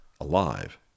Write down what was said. alive